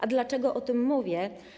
A dlaczego o tym mówię?